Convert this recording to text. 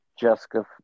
Jessica